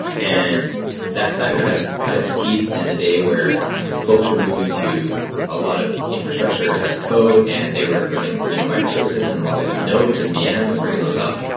and that that kind of cut its teeth in the day where folk were moving to a lot of infrastructure as code and they were running you know microservices in lots of nodes and vms and bringing those up,